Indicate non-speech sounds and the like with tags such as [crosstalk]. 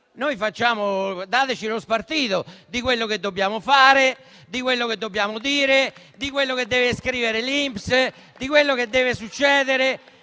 compitino, dateci lo spartito di quello che dobbiamo fare, [applause] di quello che dobbiamo dire, di quello che deve scrivere l'INPS, di quello che deve succedere.